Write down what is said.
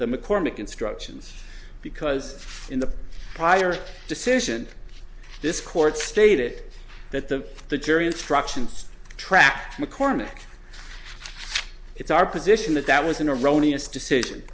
the mccormack instructions because in the prior decision this court stated that the the jury instructions tracked mccormick it's our position that that was in a roni its decision